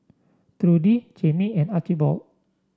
Trudi Jaime and Archibald